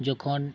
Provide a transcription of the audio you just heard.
ᱡᱚᱠᱷᱚᱱ